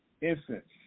infants